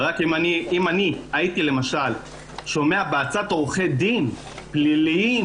אם אני הייתי למשל שומע בעצת עורכי דין פליליים